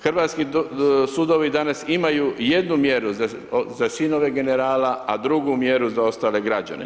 Hrvatski sudovi danas imaju jednu mjeru za sinove generala, a drugu mjeru za ostale građane.